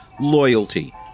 loyalty